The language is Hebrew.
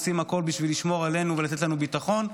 עושים הכול בשביל לשמור עלינו ולתת לנו ביטחון,